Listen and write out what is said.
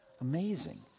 Amazing